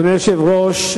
אדוני היושב-ראש,